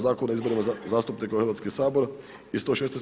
Zakona o izborima zastupnika u Hrvatski sabor i 116.